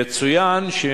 ב.